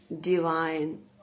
divine